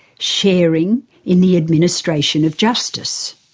sharing in the administration of justice.